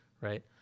right